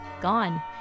gone